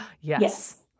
Yes